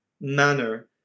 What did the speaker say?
manner